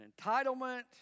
entitlement